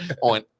on